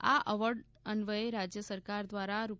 આ એવોર્ડ અન્વયે રાજ્ય સરકાર દ્વારા રૂ